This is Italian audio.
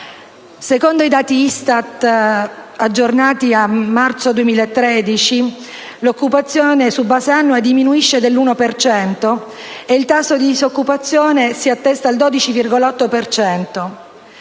Secondo i dati ISTAT aggiornati a marzo 2013, l'occupazione su base annua diminuisce dell'1 per cento e il tasso di disoccupazione si attesta al 12,8